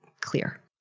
clear